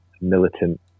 militant